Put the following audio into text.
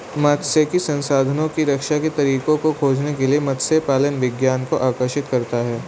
मात्स्यिकी संसाधनों की रक्षा के तरीकों को खोजने के लिए मत्स्य पालन विज्ञान को आकर्षित करता है